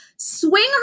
swing